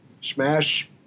smash